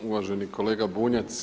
Uvaženi kolega Bunjac.